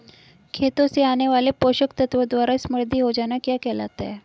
खेतों से आने वाले पोषक तत्वों द्वारा समृद्धि हो जाना क्या कहलाता है?